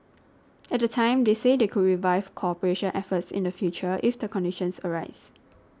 at the time they said they could revive cooperation efforts in the future if the conditions arise